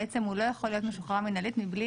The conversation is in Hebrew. בעצם הוא לא יכול להיות משוחרר מינהלית מבלי